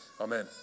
Amen